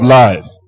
life